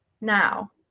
now